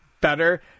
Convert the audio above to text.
better